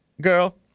girl